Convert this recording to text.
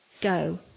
go